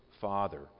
father